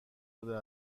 بوده